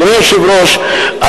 אדוני היושב-ראש,